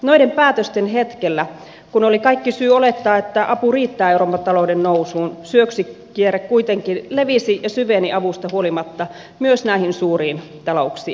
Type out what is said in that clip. noiden päätösten hetkellä kun oli kaikki syy olettaa että apu riittää euroopan talouden nousuun syöksykierre kuitenkin levisi ja syveni avusta huolimatta myös näihin suuriin talouksiin